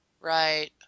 Right